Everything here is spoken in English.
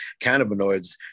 cannabinoids